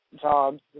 jobs